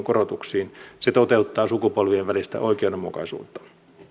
korotuksiin se toteuttaa sukupolvien välistä oikeudenmukaisuutta